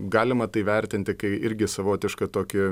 galima tai vertinti kai irgi savotiška tokį